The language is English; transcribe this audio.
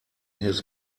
his